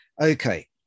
Okay